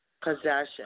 Possession